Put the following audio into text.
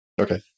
Okay